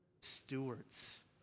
stewards